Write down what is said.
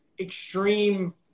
extreme